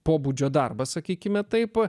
pobūdžio darbas sakykime taip